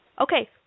Okay